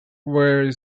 were